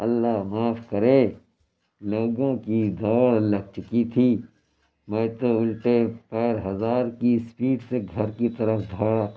اللہ معاف کرے لوگوں کی دوڑ لگ چُکی تھی میں تو اُلٹے پیر ہزار کی اسپیڈ سے گھر کی طرف دوڑا